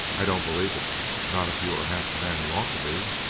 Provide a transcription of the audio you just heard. i don't believe it not if you are half the man you ought to be.